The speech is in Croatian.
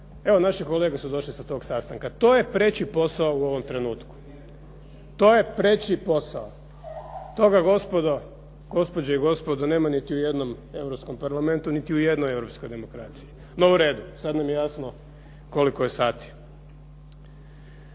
evo naše kolege su došli sa toga sastanka, to je preći posao u ovom trenutku. To je preći posao. Toga gospodo, gospođe i gospodo nema niti u jednom europskom parlamentu, niti u jednoj europskoj demokraciji. No u redu, sada nam je jasno koliko je sati.